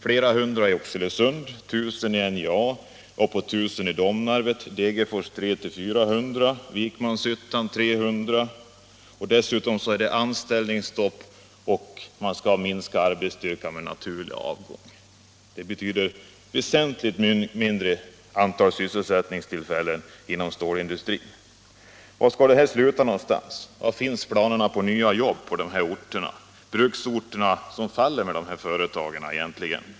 Flera hundra arbetstillfällen faller bort i Oxelösund, 1000 vid NJA, uppåt 1000 i Domnarvet, 300 å 400 i Degerfors och 300 i Vikmanshyttan. Dessutom har man anställningsstopp och skall minska arbetsstyrkan genom naturlig avgång. Det betyder väsentligt mindre antal sysselsättningstillfällen inom stålindustrin. Var skall det här sluta? Var finns planerna på nya jobb på de här bruksorterna, som egentligen står och faller med företagen?